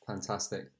fantastic